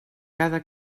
cada